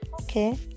Okay